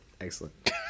Excellent